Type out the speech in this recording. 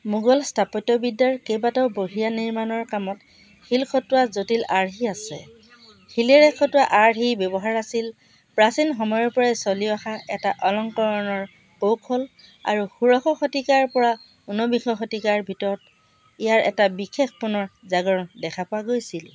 মোগল স্থাপত্যবিদ্যাৰ কেইবাটাও বঢ়িয়া নিমাৰ্ণৰ কামত শিল খটোৱা জটিল আৰ্হি আছে শিলেৰে খটোৱা আৰ্হিৰ ব্যৱহাৰ আছিল প্ৰাচীন সময়ৰপৰাই চলি অহা এটা অলংকৰণৰ কৌশল আৰু ষোড়শ শতিকাৰপৰা ঊনবিংশ শতিকাৰ ভিতৰত ইয়াৰ এটা বিশেষ পুনৰ জাগৰণ দেখা পোৱা গৈছিল